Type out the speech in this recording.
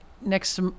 next